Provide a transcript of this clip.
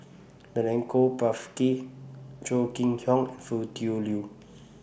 Milenko Prvacki Chong Kee Hiong Foo Tui Liew